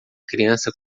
criança